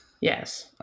Yes